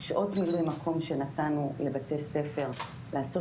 שעות מילוי מקום שנתנו לבתי הספר לעשות